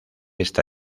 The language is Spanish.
esta